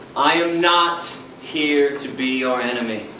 i'm not here to be your enemy.